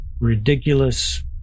ridiculous